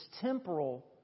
temporal